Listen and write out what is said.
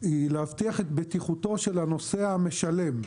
היא להבטיח את בטיחותו של הנוסע המשלם.